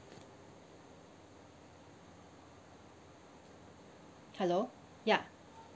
hello ya